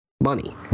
money